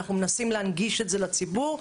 אנחנו מנסים להנגיש את זה לציבור.